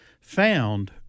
found